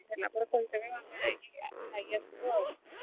ହେଲା ପରେ କହିଦେବେ ଆମେ ଯାଇକି ଖାଇକି ଆସିବୁ ଆଉ